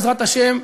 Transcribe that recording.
בעזרת השם,